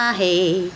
hey